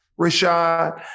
Rashad